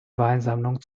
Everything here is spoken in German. weinsammlung